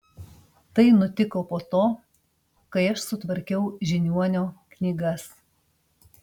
tai nutiko po to kai aš sutvarkiau žiniuonio knygas